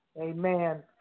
Amen